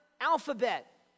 alphabet